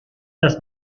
dass